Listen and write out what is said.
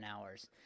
hours